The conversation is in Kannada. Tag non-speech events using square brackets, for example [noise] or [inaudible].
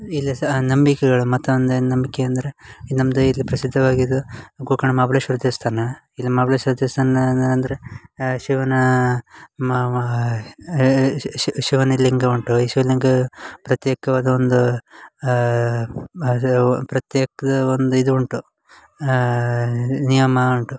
ಇಲ್ಲೆ ಸ ನಂಬಿಕೆಗಳು ಮತ್ತೊಂದು ಏನು ನಂಬಿಕೆ ಅಂದರೆ ನಮ್ದು ಇಲ್ಲಿ ಪ್ರಸಿದ್ಧವಾಗಿದ್ದು ಗೋಕರ್ಣ ಮಹಾಬ್ಲೇಶ್ವರ ದೇವಸ್ಥಾನ ಇಲ್ಲಿ ಮಹಾಬ್ಲೇಶ್ವರ ದೇವಸ್ಥಾನ ಅಂದ್ರೆ ಶಿವನ ಮಾವಾ ಶಿವನ ಲಿಂಗ ಉಂಟು ಈ ಶಿವಲಿಂಗ ಪ್ರತ್ಯೇಕವಾದ ಒಂದು [unintelligible] ಪ್ರತ್ಯೇಕ ಒಂದು ಇದು ಉಂಟು ನಿಯಮ ಉಂಟು